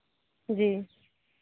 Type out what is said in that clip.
जी